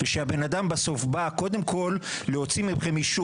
ושהבן אדם בסוף בא קודם כל להוציא ממכם אישור